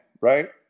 right